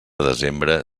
desembre